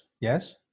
yes